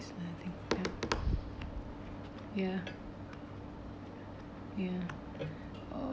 it's nothing ya ya ya